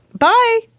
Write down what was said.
Bye